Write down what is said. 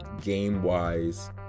game-wise